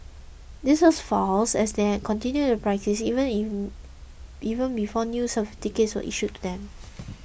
this was false as they had all continued their practice even even before new certificates were issued to them